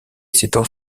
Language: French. s’étend